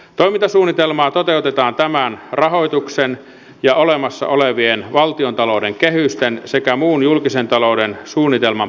toimintasuunnitelmaa toteutetaan tämän rahoituksen ja olemassa olevien valtiontalouden kehysten sekä muun julkisen talouden suunnitelman puitteissa